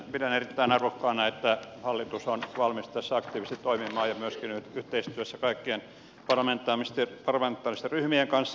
pidän erittäin arvokkaana että hallitus on valmis tässä aktiivisesti toimimaan ja myöskin yhteistyössä kaikkien parlamentaaristen ryhmien kanssa